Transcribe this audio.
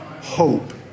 hope